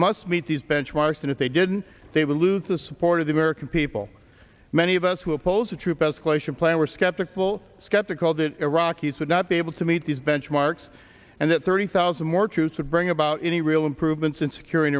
must meet these benchmarks and if they didn't they would lose the support of the american people many of us who oppose a troop escalation plan were skeptical skeptical that iraqis would not be able to meet these benchmarks and that thirty thousand more troops would bring about any real improvements in secur